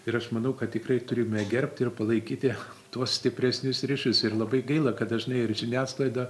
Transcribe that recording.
ir aš manau kad tikrai turime gerbti ir palaikyti tuos stipresnius ryšius ir labai gaila kad dažnai ir žiniasklaida